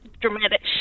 dramatic